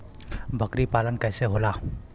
बकरी पालन कैसे होला?